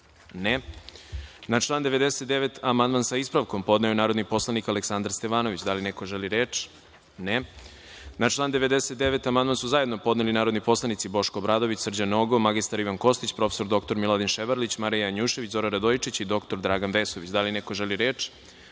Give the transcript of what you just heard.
(Ne)Na član 99. amandman, sa ispravkom, podneo je narodni poslanik Aleksandar Stevanović. Da li neko želi reč? (Ne)Na član 99. amandman su zajedno podneli narodni poslanici Boško Obradović, Srđan Nogo, mr Ivan Kostić, prof. dr Miladin Ševarlić, Marija Janjušević, Zoran Radojičić i dr Dragan Vesović. Da li neko želi reč? Reč